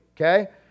Okay